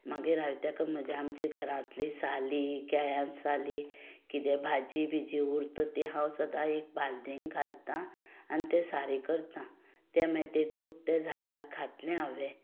मागीर हांवें ताका आमच्या घरांतली साली केळ्या साली भाजी बिजी उरता ती हांव सद्दां एक बाल्देंत घालतां आनी तें सारें करता मागीर तें तातूंत तें झाडाक घातले हावें